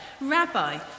Rabbi